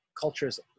Cultures